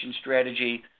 strategy